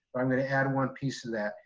i'm gonna add one piece to that.